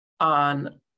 on